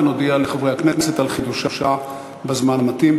ונודיע לחברי הכנסת על חידושה בזמן המתאים.